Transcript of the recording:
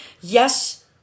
Yes